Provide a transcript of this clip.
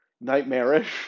nightmarish